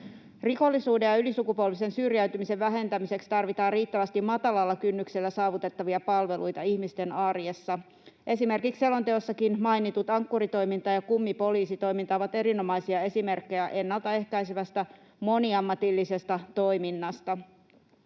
Rikollisuuden ja ylisukupolvisen syrjäytymisen vähentämiseksi tarvitaan riittävästi matalalla kynnyksellä saavutettavia palveluita ihmisten arjessa. Esimerkiksi selonteossakin mainitut Ankkuri-toiminta ja kummipoliisitoiminta ovat erinomaisia esimerkkejä ennaltaehkäisevästä moniammatillisesta toiminnasta.